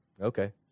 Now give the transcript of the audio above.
okay